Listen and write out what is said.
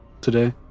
today